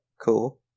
Cool